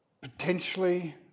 potentially